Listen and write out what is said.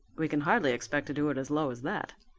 we can hardly expect to do it as low as that.